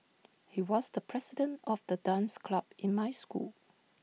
he was the president of the dance club in my school